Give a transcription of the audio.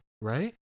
Right